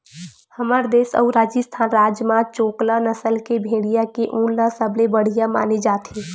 हमर देस अउ राजिस्थान राज म चोकला नसल के भेड़िया के ऊन ल सबले बड़िया माने जाथे